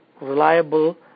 reliable